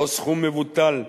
לא סכום מבוטל,